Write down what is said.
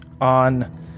On